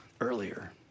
earlier